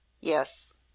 Yes